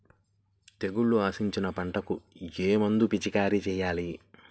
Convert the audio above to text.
తెగుళ్లు ఆశించిన పంటలకు ఏ మందు పిచికారీ చేయాలి?